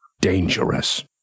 dangerous